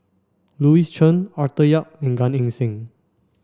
Louis Chen Arthur Yap and Gan Eng Seng